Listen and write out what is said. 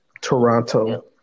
Toronto